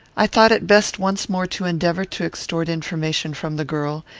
i thought it best once more to endeavour to extort information from the girl,